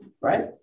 right